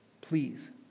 Please